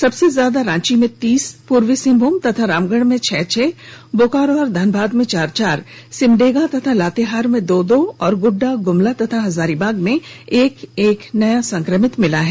सबसे ज्यादा रांची में तीस पूर्वी सिंहभूम तथा रामगढ़ में छह छह बोकारो और धनबाद में चार चार सिमडेगा तथा लातेहार में दो दो और गोड़डा गुमला तथा हजारीबाग में एक एक नए संक्रमित मिले हैं